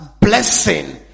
blessing